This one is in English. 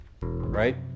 right